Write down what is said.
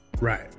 right